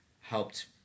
helped